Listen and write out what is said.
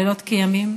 לילות כימים.